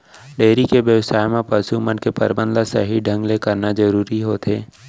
dairy के बेवसाय म पसु मन के परबंध ल सही ढंग ले करना जरूरी होथे